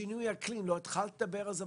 שינוי אקלים לא התחלת לדבר על זה,